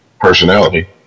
personality